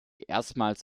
erstmals